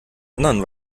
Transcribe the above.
anderen